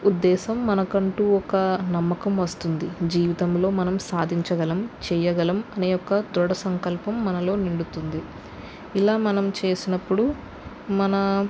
ఉద్దేశం మనకంటూ ఒక నమ్మకం వస్తుంది జీవితంలో మనం సాధించగలం చేయగలం అనే ఒక దృఢ సంకల్పం మనలో నిండుతుంది ఇలా మనం చేసినప్పుడు మన